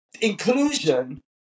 Inclusion